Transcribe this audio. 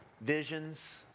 visions